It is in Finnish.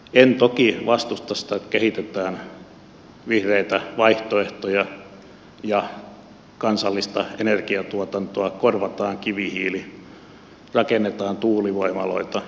en toki vastusta sitä että kehitetään vihreitä vaihtoehtoja ja kansallista energiantuotantoa korvataan kivihiili rakennetaan tuulivoimaloita